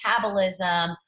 metabolism